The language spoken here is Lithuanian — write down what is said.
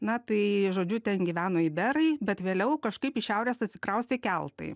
na tai žodžiu ten gyveno iberai bet vėliau kažkaip iš šiaurės atsikraustė keltai